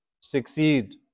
succeed